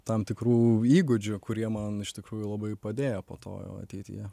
tam tikrų įgūdžių kurie man iš tikrųjų labai padėjo po to jau ateityje